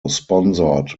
sponsored